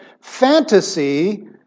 fantasy